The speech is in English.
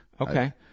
Okay